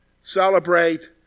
Celebrate